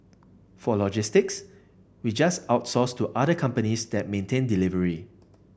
for logistics we just outsource to other companies that maintain delivery